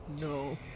No